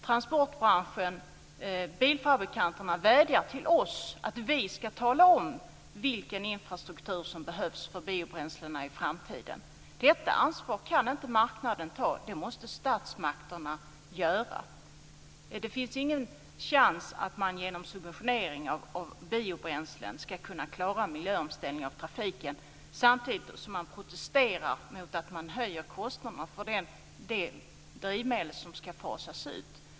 Transportbranschen och biltrafikanterna vädjar till oss att tala om vilken infrastruktur som behövs för biobränslena i framtiden. Detta ansvar kan inte marknaden ta. Det måste statsmakterna göra. Man har ingen chans att genom subventionering av biobränslen klara en miljöomställning av trafiken samtidigt som man protesterar mot att kostnaderna för de drivmedel som ska fasas ut höjs.